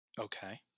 Okay